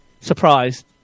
surprised